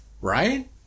right